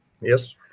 Yes